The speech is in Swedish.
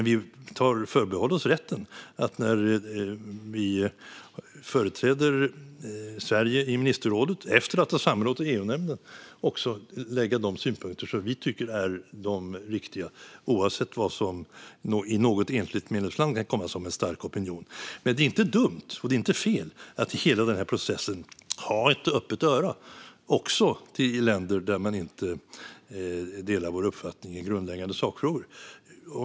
Vi förbehåller oss rätten att när vi företräder Sverige i ministerrådet, efter att ha samrått i EU-nämnden, lägga fram de synpunkter som vi tycker är de riktiga oavsett vad som i något enskilt medlemsland kan komma som en stark opinion. Men det är inte dumt och fel att i hela den här processen ha ett öppet öra också till länder där man inte delar vår uppfattning i grundläggande sakfrågor.